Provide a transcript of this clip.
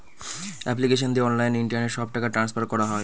application দিয়ে online internet সব টাকা ট্রান্সফার করা হয়